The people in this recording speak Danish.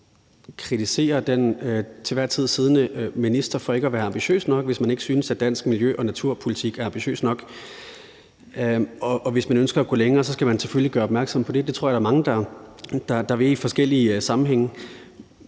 må kritisere den til enhver tid siddende minister for ikke at være ambitiøs nok, hvis man ikke synes, at dansk miljø- og naturpolitik er ambitiøs nok, og at hvis man ønsker at gå længere, skal man selvfølgelig gøre opmærksom på det. Det tror jeg der er mange der vil i forskellige sammenhænge.